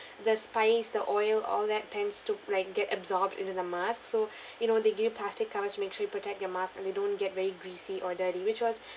the spice the oil all that tends to like get absorbed into the mask so you know they give you plastic covers to make sure you protect your mask and they don't get very greasy or dirty which was